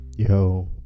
Yo